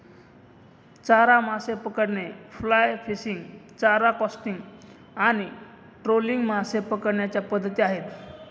चारा मासे पकडणे, फ्लाय फिशिंग, चारा कास्टिंग आणि ट्रोलिंग मासे पकडण्याच्या पद्धती आहेत